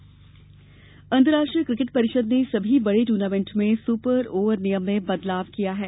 cricket super over अंतरराष्ट्रीय cricket परिषद ने सभी बड़े टूर्नामेंट में सुपर ओवर नियम में बदलाव किया है